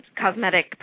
cosmetic